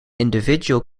individual